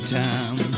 time